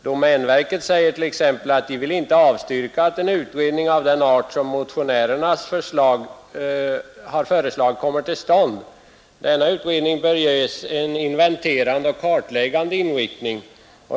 Domänverket säger t.ex. att man inte vill avstyrka att en utredning av den art motionärerna föreslagit kommer till stånd och anför vidare: ”Denna utredning bör ges en inventerande och kartläggande inriktning.